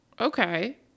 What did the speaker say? okay